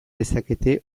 dezakete